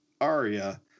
Aria